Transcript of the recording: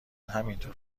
همینطور